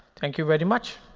thank you very much.